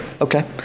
okay